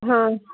हँ